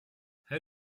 how